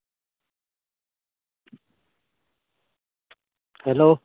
hello